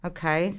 Okay